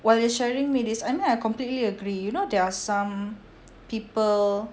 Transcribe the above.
while you are sharing me this I mean I completely agree you know there are some people